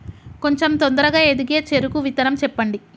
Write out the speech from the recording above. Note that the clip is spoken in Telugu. కొంచం తొందరగా ఎదిగే చెరుకు విత్తనం చెప్పండి?